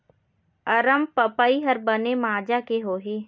अरमपपई हर बने माजा के होही?